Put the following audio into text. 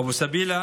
אבו סבילה